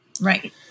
right